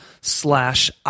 slash